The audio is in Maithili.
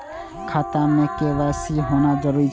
खाता में के.वाई.सी होना जरूरी छै?